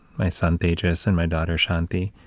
my son, tejas, and my daughter, shanti,